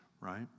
right